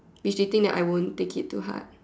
mistaking that I won't take it to heart